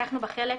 לקחנו בה חלק,